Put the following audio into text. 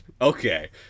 Okay